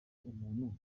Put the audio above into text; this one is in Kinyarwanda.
umuntu